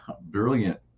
brilliant